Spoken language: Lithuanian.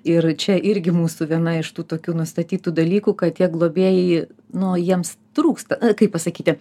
ir čia irgi mūsų viena iš tų tokių nustatytų dalykų kad tie globėjai nu jiems trūksta kaip pasakyti